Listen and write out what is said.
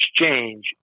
exchange